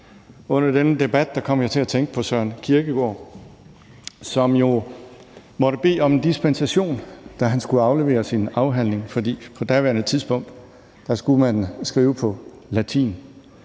Under den her debat kom jeg til at tænke på Søren Kierkegaard, som jo måtte bede om en dispensation, da han skulle aflevere sin afhandling, fordi man på daværende tidspunkt skulle skrive på latin.